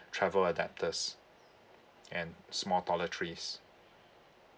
travel adapters and small toiletries